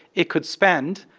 it could spend,